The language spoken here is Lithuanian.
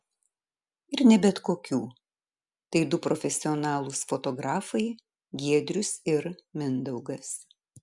ir ne bet kokių tai du profesionalūs fotografai giedrius ir mindaugas